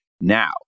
Now